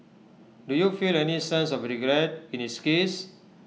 do you feel any sense of regret in his case